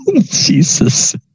Jesus